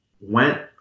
went